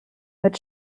mit